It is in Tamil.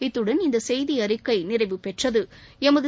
இத்துடன் இந்த செய்தி அறிக்கை நிறைவுப் பெற்றது